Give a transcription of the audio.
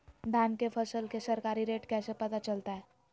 धान के फसल के सरकारी रेट कैसे पता चलताय?